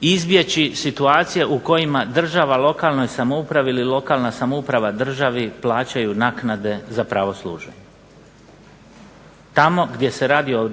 izbjeći situacije u kojima država lokalnoj samoupravi ili lokalna samouprava državi plaćaju naknade za pravo služenja. Tamo gdje se radi o